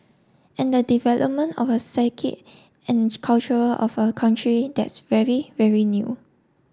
and the development of a psyche and culture of a country that's very very new